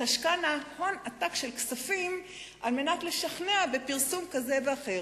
תשקענה הון עתק כדי לשכנע בפרסום כזה ואחר.